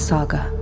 Saga